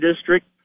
district